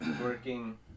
working